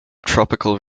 tropical